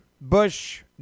Bush